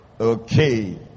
Okay